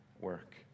work